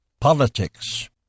Politics